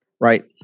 right